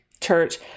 church